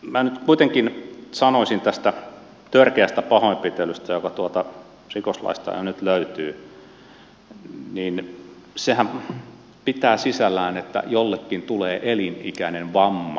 minä nyt kuitenkin sanoisin tästä törkeästä pahoinpitelystä joka tuolta rikoslaista jo nyt löytyy että sehän pitää sisällään että jollekin tulee elinikäinen vamma